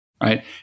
right